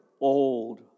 old